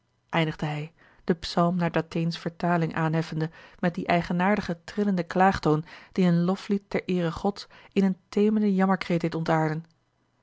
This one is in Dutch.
eindigde hij den psalm naar datheens vertaling aanheffende met dien eigenaardigen trillenden klaagtoon die een loflied ter eere gods in een teemende jammerkreet deed ontaarden